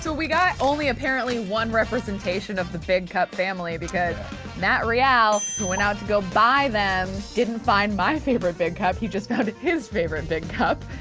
so we got only apparently, one representation of the big cup family because matt real, who went out to go buy them, didn't find my favorite big cup. he just found his favorite big cup,